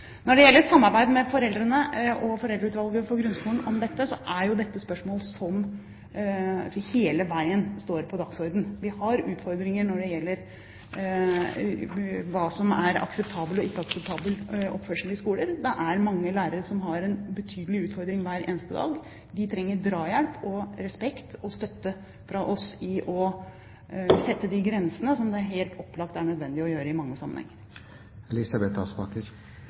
Når det gjelder samarbeid med foreldrene og Foreldreutvalget for grunnskolen om dette, er det et spørsmål som hele veien står på dagsordenen. Vi har utfordringer når det gjelder hva som er akseptabel og ikke akseptabel oppførsel i skolen. Det er mange lærere som har betydelige utfordringer hver eneste dag. De trenger drahjelp, respekt og støtte fra oss til å sette de grensene som det helt opplagt er nødvendig å sette i mange